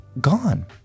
gone